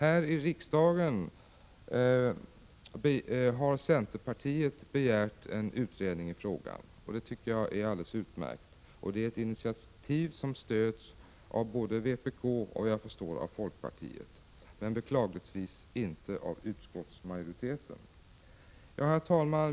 Här i riksdagen har centerpartiet begärt en utredning i frågan. Det är ett utmärkt initiativ som stöds av både vpk och enligt vad jag förstår också av folkpartiet, men beklagligtvis inte av utskottsmajoriteten. Herr talman!